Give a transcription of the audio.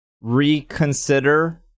reconsider